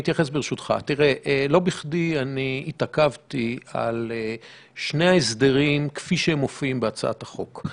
לא בכדי התעכבתי על שני ההסדרים כפי שמופיעים בהצעת החוק.